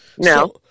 No